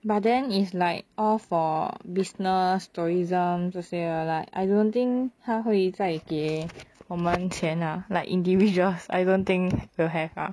but then is like all for business tourism 这些的 like I don't think 他会再给我们钱 ah like individuals I don't think will have ah